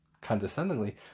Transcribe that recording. condescendingly